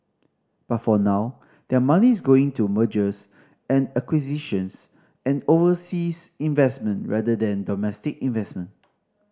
but for now their money is going to mergers and acquisitions and overseas investment rather than domestic investment